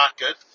market